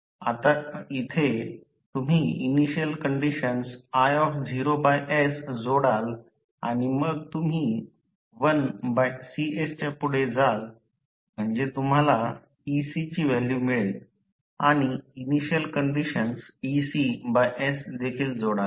आता येथे तुम्ही इनिशियल कंडिशन is जोडाल आणि मग तुम्ही 1Cs च्या पुढे जाल म्हणजे तुम्हाला ecची व्हॅल्यू मिळेल आणि इनिशियल कंडिशन ecs देखील जोडाल